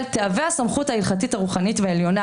תהווה הסמכות ההלכתית והרוחנית העליונה"